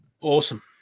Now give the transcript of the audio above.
awesome